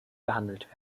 behandelt